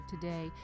today